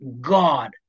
God